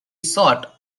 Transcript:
sought